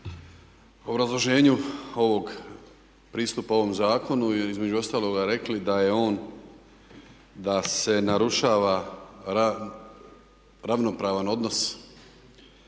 obrazloženju ovog pristupa ovom zakonom i između ostaloga rekli da je on, da se narušava ravnopravan odnos,